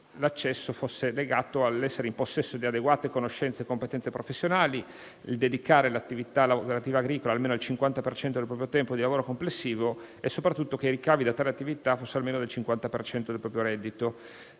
l'accesso fosse legato all'essere in possesso di adeguate conoscenze e competenze professionali, al dedicare all'attività agricola almeno il 50 per cento del proprio tempo di lavoro complessivo e, soprattutto, al fatto che i ricavi da tale attività fossero almeno il 50 per cento del proprio reddito.